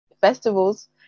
festivals